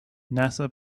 nasa